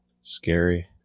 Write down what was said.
Scary